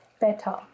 better